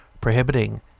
prohibiting